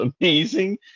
amazing